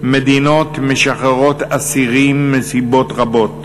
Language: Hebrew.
מדינות משחררות אסירים מסיבות רבות: